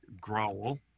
growl